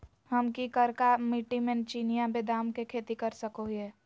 हम की करका मिट्टी में चिनिया बेदाम के खेती कर सको है?